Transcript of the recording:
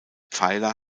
pfeiler